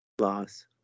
Loss